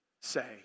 say